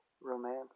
romance